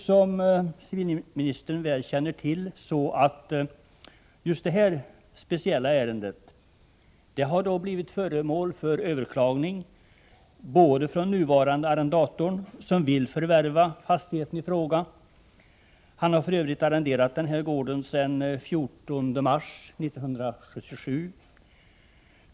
Som civilministern väl känner till har just det här speciella ärendet blivit föremål för överklagande från den nuvarande arrendatorn, som vill förvärva fastigheten i fråga. Han har för övrigt arrenderat gården sedan den 14 mars 1977.